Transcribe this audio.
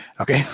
Okay